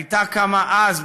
הייתה קמה אז,